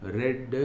red